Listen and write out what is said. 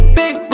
big